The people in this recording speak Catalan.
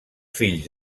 fills